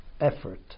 effort